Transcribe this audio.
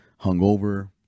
hungover